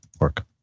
work